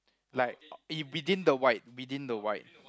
like uh within the white within the white